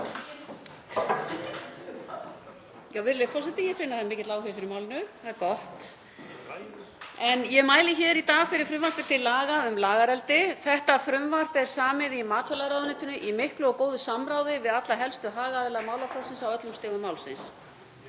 Virðulegi forseti. Ég finn að það er mikill áhugi fyrir málinu, það er gott. Ég mæli hér í dag fyrir frumvarpi til laga um lagareldi. Þetta frumvarp er samið í matvælaráðuneytinu í miklu og góðu samráði við alla helstu hagaðila málaflokksins á öllum stigum málsins.